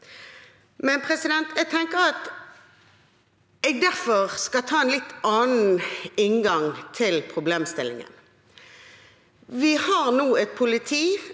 før kl. 13. Jeg tenker at jeg derfor skal ta en litt annen inngang til problemstillingen. Vi har nå et politi